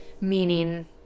meaning